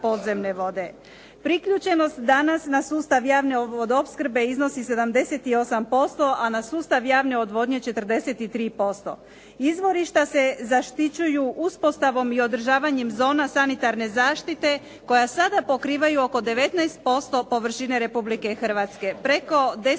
Priključenost danas na sustav javne vodoopskrbe iznosi 78%, a na sustav javne odvodnje 43%. Izvorišta se zaštićuju uspostavom i održavanjem zona sanitarne zaštite, koja sada pokrivaju oko 19% površine Republike Hrvatske. Preko 10